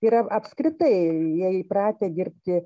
yra apskritai jie įpratę dirbti